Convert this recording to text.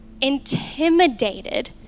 Intimidated